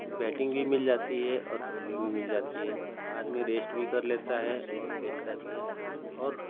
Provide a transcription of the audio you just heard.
batting भी मिल जाती है और फील्डिंग भी मिल जाती है आदमी रेस्ट भी कर लेता है और खेलता भी है और